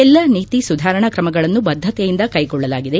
ಎಲ್ಲ ನೀತಿ ಸುಧಾರಣಾ ಕ್ರಮಗಳನ್ನು ಬದ್ದತೆಯಿಂದ ಕೈಗೊಳ್ಳಲಾಗಿದೆ